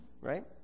right